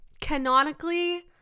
canonically